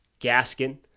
Gaskin